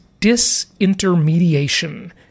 disintermediation